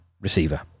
receiver